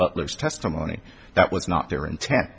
butler's testimony that was not their intent